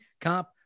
comp